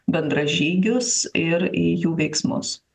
bendražygius ir į jų veiksmus